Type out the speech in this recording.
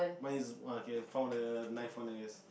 mine is okay found a knife one is